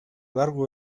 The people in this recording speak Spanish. largo